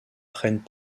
prennent